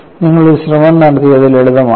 നിങ്ങൾ ഒരു ശ്രമം നടത്തി അത് ലളിതമാക്കുക